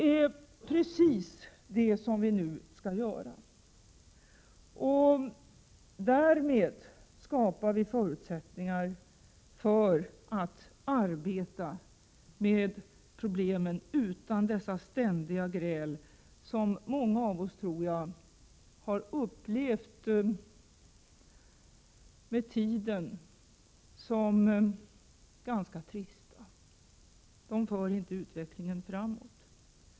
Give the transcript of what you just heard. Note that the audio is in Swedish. Det är just det som vi nu skall göra. Därmed skapar vi förutsättningar för att kunna arbeta med problemen utan detta ständiga gnäll som jag tror att många av oss med tiden har upplevt som ganska trist. De för inte utvecklingen framåt.